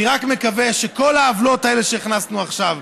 אני רק מקווה שכל העוולות האלה שהכנסנו עכשיו,